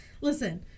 listen